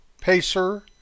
Pacer